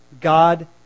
God